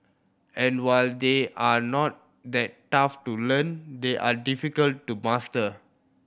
and while they are not that tough to learn they are difficult to master